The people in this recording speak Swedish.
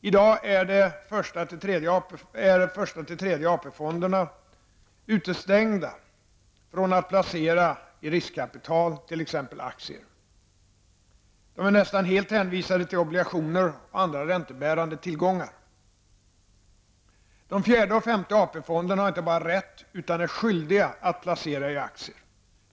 I dag är första, andra, och tredje AP fonderna utestängda från att placera i riskkapital, till exempel i aktier. De är nästan helt hänvisade till obligationer och andra räntebärande tillgångar. De fjärde och femte AP-fonderna har inte bara rätt, utan är skyldiga, att placera i aktier.